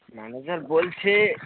manager বলছে